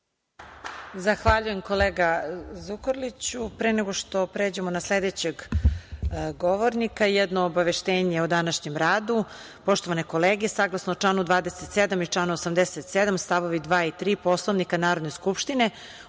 Zahvaljujem, kolega Zukorliću. Pre nego što pre što pređemo na sledećeg govornika, jedno obaveštenje o današnjem radu. Poštovane kolege, saglasno članu 27. i članu 87. stavovi 2. i 3. Poslovnika Narodne skupštine,